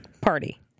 party